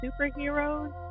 superheroes